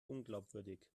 unglaubwürdig